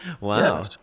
Wow